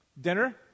dinner